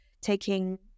taking